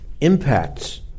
impacts